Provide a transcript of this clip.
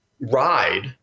ride